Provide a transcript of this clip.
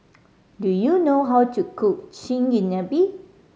do you know how to cook Chigenabe